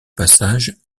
passage